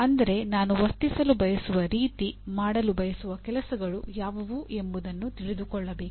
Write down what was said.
ಅಂದರೆ ನಾನು ವರ್ತಿಸಲು ಬಯಸುವ ರೀತಿ ಮಾಡಲು ಬಯಸುವ ಕೆಲಸಗಳು ಯಾವುವು ಎಂಬುದನ್ನು ತಿಳಿದುಕೊಳ್ಳಬೇಕು